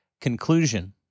Conclusion